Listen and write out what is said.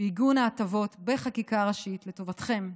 ועיגון ההטבות בחקיקה ראשית לטובתכם,